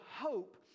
hope